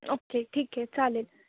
okay ठीक आहे चालेल